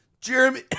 Jeremy